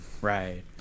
right